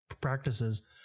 practices